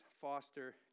Foster